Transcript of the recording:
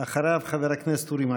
אחריו, חבר הכנסת אורי מקלב.